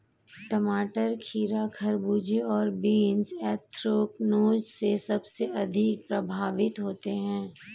टमाटर, खीरा, खरबूजे और बीन्स एंथ्रेक्नोज से सबसे अधिक प्रभावित होते है